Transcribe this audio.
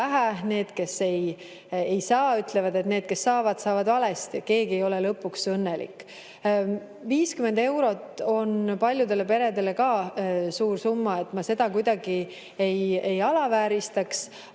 need, kes ei saa, ütlevad, et need, kes saavad, saavad valesti. Keegi ei ole lõpuks õnnelik. Ka 50 eurot on paljudele peredele suur summa. Ma seda kuidagi ei alavääristaks.